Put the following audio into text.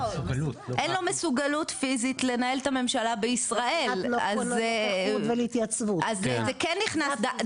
אין לו מסוגלות פיזית לנהל את הממשלה בישראל אז זה כן נכנס,